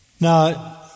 Now